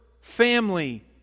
family